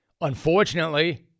Unfortunately